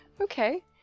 Okay